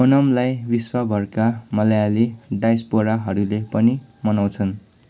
ओनमलाई विश्वभरका मलायाली डायस्पोराहरूले पनि मनाउँछन्